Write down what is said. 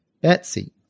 Betsy